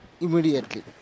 immediately